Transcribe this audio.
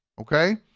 okay